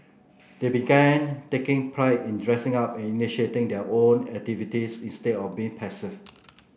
they began taking pride in dressing up and initiating their own activities instead of being passive